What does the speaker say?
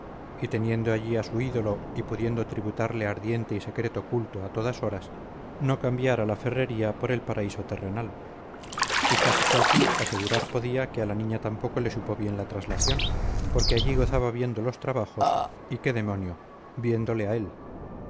y teniendo allí a su ídolo y pudiendo tributarle ardiente y secreto culto a todas horas no cambiara la ferrería por el paraíso terrenal y casi casi asegurar podía que a la niña tampoco le supo bien la traslación porque allí gozaba viendo los trabajos y qué demonio viéndole a él